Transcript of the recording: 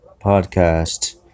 podcast